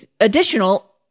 additional